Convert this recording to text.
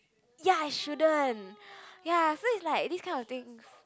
ya I shouldn't ya so it's like this kind of thing